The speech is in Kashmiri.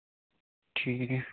ٹھیٖک